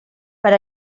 per